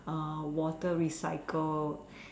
water recycled